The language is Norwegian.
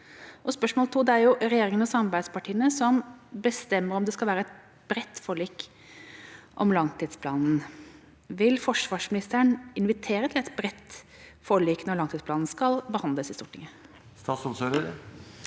Spørsmål to: Det er regjeringa og samarbeidspartiene som bestemmer om det skal være et bredt forlik om langtidsplanen. Vil forsvarsministeren invitere til et bredt forlik når langtidsplanen skal behandles i Stortinget? Statsråd